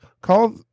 Call